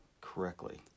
correctly